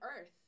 Earth